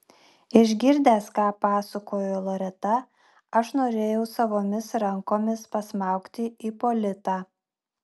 išgirdęs ką pasakojo loreta aš norėjau savomis rankomis pasmaugti ipolitą